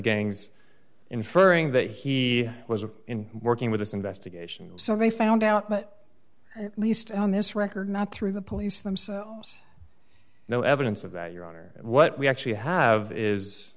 gangs inferring that he was in working with this investigation so they found out but at least on this record not through the police themselves no evidence of that your honor what we actually have is